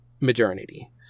modernity